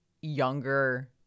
younger